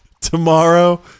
tomorrow